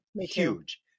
Huge